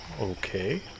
Okay